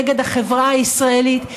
נגד החברה הישראלית,